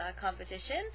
competition